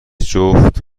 جفت